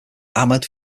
ahmad